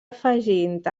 afegint